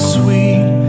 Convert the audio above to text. sweet